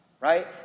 right